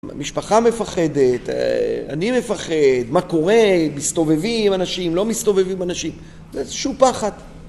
משפחה מפחדת, אני מפחד, מה קורה? מסתובבים אנשים, לא מסתובבים אנשים, זה איזושהו פחד.